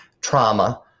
trauma